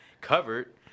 covered